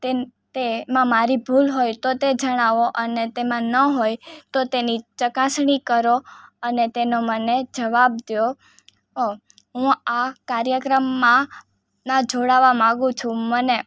તે માં મારી ભૂલ હોય તો તે જણાવો અને તેમાં ન હોય તો તેની ચકાસણી કરો અને તેનો મને જવાબ દો ઑ હું આ કાર્યક્રમમાં જોડાવવા માગું છું મને